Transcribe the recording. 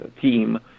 team